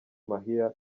mahia